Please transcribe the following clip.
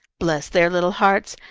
bless their little hearts,